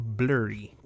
blurry